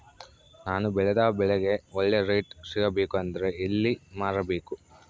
ನಾನು ಬೆಳೆದ ಬೆಳೆಗೆ ಒಳ್ಳೆ ರೇಟ್ ಸಿಗಬೇಕು ಅಂದ್ರೆ ಎಲ್ಲಿ ಮಾರಬೇಕು?